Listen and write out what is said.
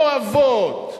כואבות,